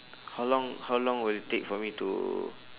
how long how long will it take for me to